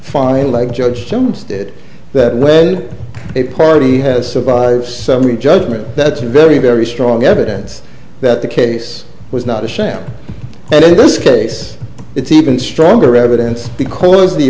fine like judge sim stated that when a party has survive summary judgment that's a very very strong evidence that the case was not a sham and in this case it's even stronger evidence because of the